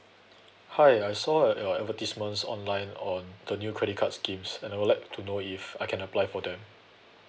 hi I saw uh your advertisements online on the new credit cards gifts and I would like to know if I can apply for them